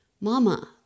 Mama